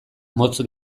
motz